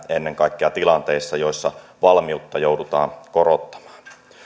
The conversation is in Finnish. ennen kaikkea tilanteissa joissa valmiutta joudutaan korottamaan